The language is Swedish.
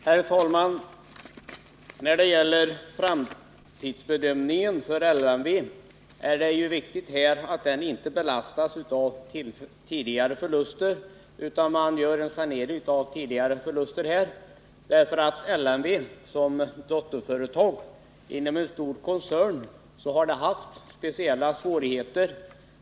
Herr talman! Det är viktigt att framtidsbedömningen för LMV inte belastas av tidigare förluster utan att det sker en sanering av dessa. Som dotterföretag inom en stor koncern har LMV haft speciella svårigheter.